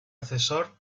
asesor